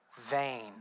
vain